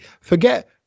Forget